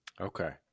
Okay